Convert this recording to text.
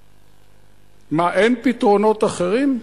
מה, אין פתרונות אחרים?